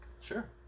sure